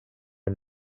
are